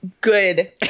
good